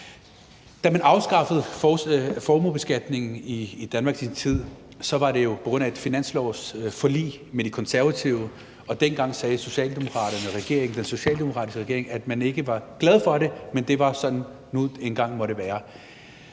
Da man afskaffede formuebeskatningen i Danmark i sin tid, var det jo på grund af et finanslovsforlig med De Konservative, og dengang sagde den socialdemokratiske regering, at man ikke var glad for det, men at det nu engang var sådan, det måtte være.